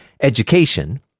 education